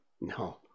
No